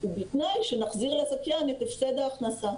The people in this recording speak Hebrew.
ובתנאי שנחזיר לזכיין את הפסד ההכנסה.